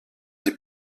des